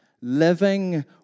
Living